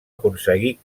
aconseguir